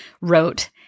wrote